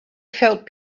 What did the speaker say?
felt